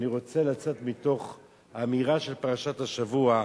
אני רוצה לצאת מתוך אמירה של פרשת השבוע: